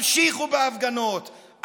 המשיכו בהפגנות,